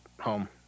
home